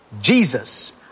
Jesus